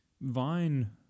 Vine